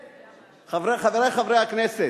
חברי חברי הכנסת,